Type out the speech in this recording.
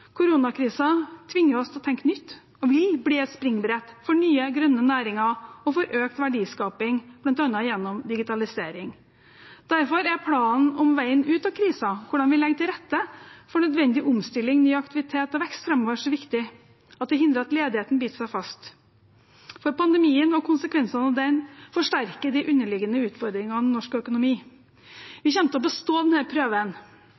tvinger oss til å tenke nytt og vil bli et springbrett for nye, grønne næringer og økt verdiskaping, bl.a. gjennom digitalisering. Derfor er planen for veien ut av krisen og hvordan vi legger til rette for nødvendig omstilling, ny aktivitet og vekst framover, så viktig – at vi hindrer at ledigheten biter seg fast. For pandemien og konsekvensene av den forsterker de underliggende utfordringene i norsk økonomi. Vi kommer til å bestå denne prøven,